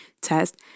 test